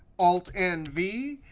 alt, n, v.